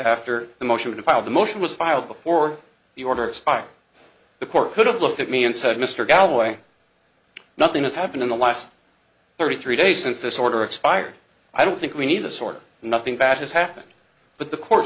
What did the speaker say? after the motion filed the motion was filed before the order of spock the court could have looked at me and said mr galloway nothing has happened in the last thirty three days since this order expired i don't think we need the sort of nothing bad has happened but the cour